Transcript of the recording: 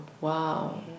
wow